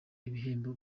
ibihembo